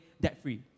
debt-free